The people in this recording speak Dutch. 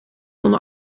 onder